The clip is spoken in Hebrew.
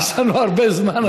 יש לנו הרבה זמן.